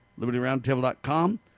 LibertyRoundTable.com